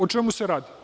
O čemu se radi?